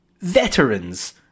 veterans